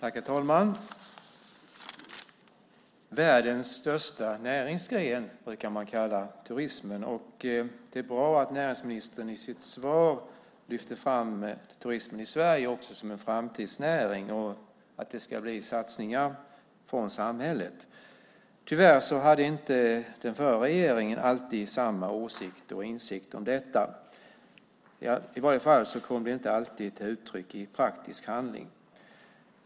Herr talman! Världens största näringsgren brukar man kalla turismen. Det är bra att näringsministern i sitt svar lyfter fram turismen i Sverige som en framtidsnäring och säger att det ska bli satsningar från samhällets sida. Tyvärr hade inte alltid den förra regeringen samma insikt och åsikt om detta, i alla fall kom det inte alltid till uttryck i praktisk handling.